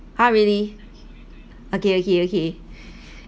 !huh! really okay okay okay